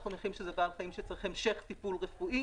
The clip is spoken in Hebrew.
אנחנו מניחים שזה בעל חיים שצריך המשך טיפול רפואי,